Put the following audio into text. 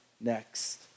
next